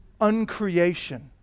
uncreation